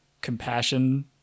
compassion